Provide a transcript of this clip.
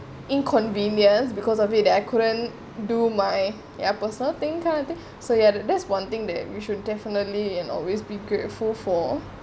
inconvenience because of it that I couldn't do my ya personal thing kind of thing so yeah that's one thing that you should definitely and always be grateful for